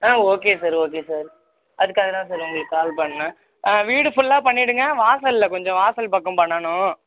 ஆ okay sir okay sir அதுக்காக தான் sir உங்களுக்கு கால் பண்ணேன் வீடு ஃபுல்லாக பண்ணிவிடுங்க வாசலில் கொஞ்சம் வாசல் பக்கம் பண்ணணும்